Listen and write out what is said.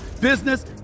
business